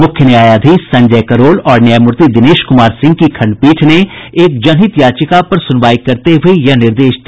मुख्य न्यायाधीश संजय करोल और न्यायमूर्ति दिनेश कुमार सिहं की खंडपीठ ने एक जनहित याचिका पर सुनवाई करते हुये यह निर्देश दिया